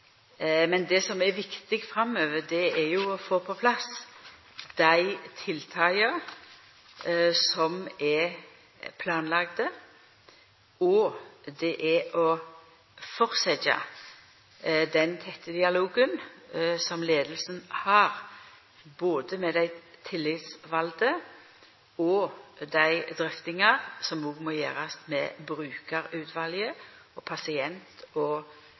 viktig framover, er å få på plass dei tiltaka som er planlagde, og å halde fram med både den tette dialogen som leiinga har med dei tillitsvalde, og dei drøftingane som òg må gjerast med brukarutvalet og med pasient- og